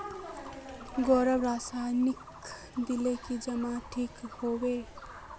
गोबर रासायनिक दिले की जमीन ठिक रोहबे?